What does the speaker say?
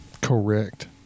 Correct